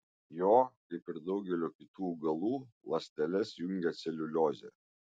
jo kaip ir daugelio kitų augalų ląsteles jungia celiuliozė